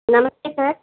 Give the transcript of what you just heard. नमस्ते सर्